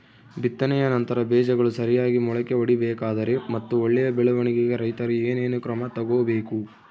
ಬಿತ್ತನೆಯ ನಂತರ ಬೇಜಗಳು ಸರಿಯಾಗಿ ಮೊಳಕೆ ಒಡಿಬೇಕಾದರೆ ಮತ್ತು ಒಳ್ಳೆಯ ಬೆಳವಣಿಗೆಗೆ ರೈತರು ಏನೇನು ಕ್ರಮ ತಗೋಬೇಕು?